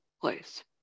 place